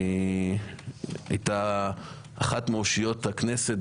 היא בוודאי אחת מאושיות הכנסת,